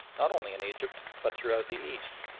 not only in egypt but throughout the east,